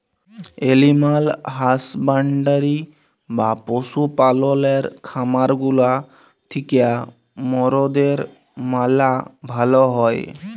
animal husbandry বা পশু পাললের খামার গুলা থিক্যা মরদের ম্যালা ভালা হ্যয়